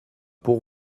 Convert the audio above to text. pour